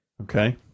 Okay